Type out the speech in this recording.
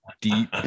deep